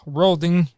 rolling